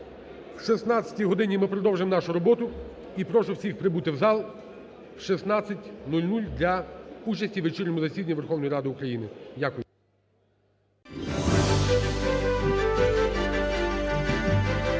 О 16 годині ми продовжимо нашу роботу. І прошу всіх прибути в зал в 16:00 для участі у вечірньому засіданні Верховної Ради України. Дякую.